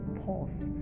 pause